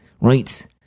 right